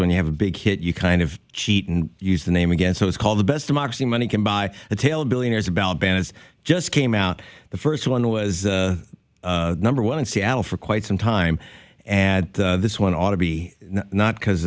when you have a big hit you kind of cheat and use the name again so it's called the best democracy money can buy a tale of billionaires about banas just came out the first one was number one in seattle for quite some time and this one ought to be not because